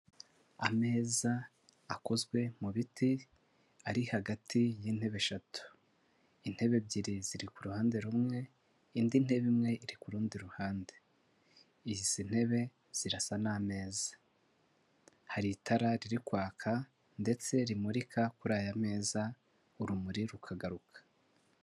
Ameza akozwe mu biti ari hagati y'intebe eshatu. Intebe ebyiri ziri ku ruhande rumwe, indi ntebe imwe iri ku rundi ruhande. Izi ntebe zirasa n'ameza hari itara riri kwaka ndetse rimurika kuri aya meza urumuri rukagaruka.